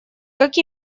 как